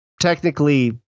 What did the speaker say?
technically